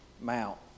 Mount